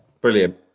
Brilliant